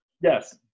Yes